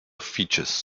features